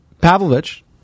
Pavlovich